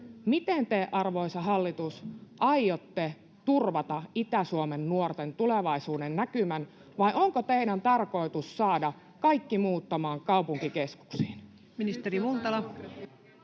Miten te, arvoisa hallitus, aiotte turvata Itä-Suomen nuorten tulevaisuudennäkymän, vai onko teidän tarkoitus saada kaikki muuttamaan kaupunkikeskuksiin? Ministeri Multala.